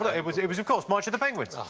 and it was it was of course march of the penguins.